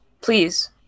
Please